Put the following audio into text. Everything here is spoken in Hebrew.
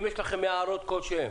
אם יש לכם הערות כלשהן